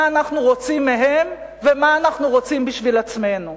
מה אנחנו רוצים מהם ומה אנחנו רוצים בשביל עצמנו?